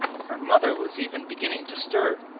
her mother was even beginning to stir,